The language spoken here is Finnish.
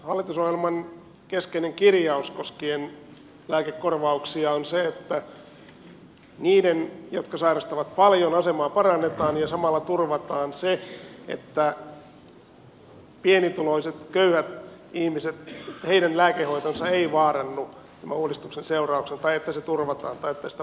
hallitusohjelman keskeinen kirjaus koskien lääkekorvauksia on se että niiden jotka sairastavat paljon asemaa parannetaan ja samalla turvataan se että pienituloisten köyhien ihmisten lääkehoito ei vaarannu tämän uudistuksen seurauksena se turvataan tai tilannetta parannetaan